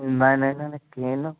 نہ نہ نہ نہ کہیٖنۍ نہ